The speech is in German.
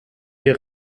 ihr